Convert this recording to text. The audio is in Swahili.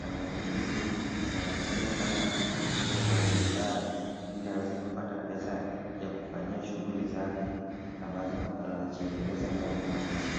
na mwenye hizi ndizi, anazitumia kama vyombo vya biashara ili aweze kupata pesa ya kufanyia shughuli zake ambazo anajiendeleza nayo kimaisha.